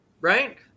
Right